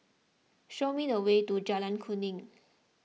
show me the way to Jalan Kuning